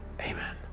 Amen